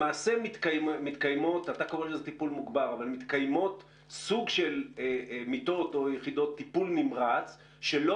למעשה מתקיימות סוג של מיטות או יחידות טיפול נמרץ שלא